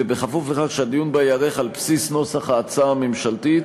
ובכפוף לכך שהדיון בה ייערך על בסיס נוסח ההצעה הממשלתית.